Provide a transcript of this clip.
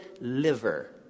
liver